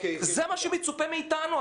זה מה שמצופה מאיתנו,